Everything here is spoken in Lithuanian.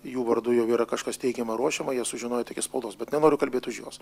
jų vardu jau yra kažkas teikiama ruošiama jie sužinojo tik iš spaudos bet nenoriu kalbėt už juos